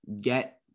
get